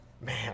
Man